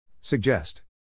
Suggest